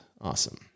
awesome